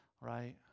right